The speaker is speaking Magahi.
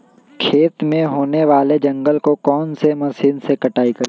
खेत में होने वाले जंगल को कौन से मशीन से कटाई करें?